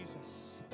Jesus